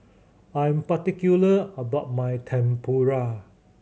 I'm particular about my Tempura